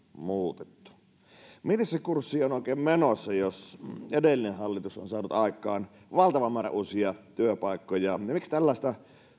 muutettu minne se kurssi on oikein menossa jos edellinen hallitus on saanut aikaan valtavan määrän uusia työpaikkoja ja miksi tällaista